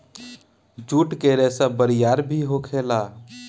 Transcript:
जुट के रेसा बरियार भी होखेला